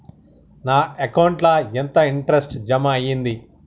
నా అకౌంట్ ల ఎంత ఇంట్రెస్ట్ జమ అయ్యింది?